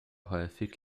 häufig